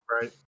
right